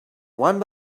one